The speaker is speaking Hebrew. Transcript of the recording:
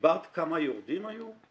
דיברת כמה יורדים היו?